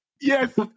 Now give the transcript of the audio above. Yes